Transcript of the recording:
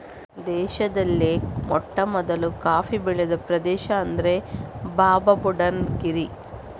ದೇಶದಲ್ಲಿಯೇ ಮೊಟ್ಟಮೊದಲು ಕಾಫಿ ಬೆಳೆದ ಪ್ರದೇಶ ಅಂದ್ರೆ ಬಾಬಾಬುಡನ್ ಗಿರಿ